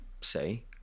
say